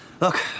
Look